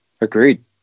Agreed